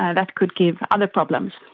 ah that could give other problems.